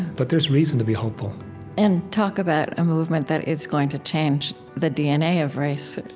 but there's reason to be hopeful and talk about a movement that is going to change the dna of race,